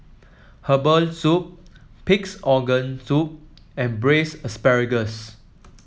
Herbal Soup Pig's Organ Soup and Braised Asparagus